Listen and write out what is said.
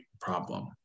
problem